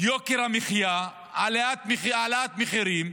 יוקר המחיה, העלאת מחירים,